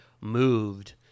moved